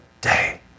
day